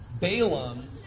Balaam